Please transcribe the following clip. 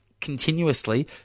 continuously